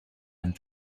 and